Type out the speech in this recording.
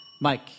Mike